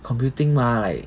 computing ah like